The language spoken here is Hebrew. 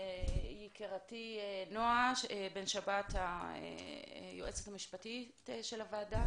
יקירתי, נעה בן שבת, היועצת המשפטית של הוועדה.